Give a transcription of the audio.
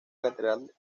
catedral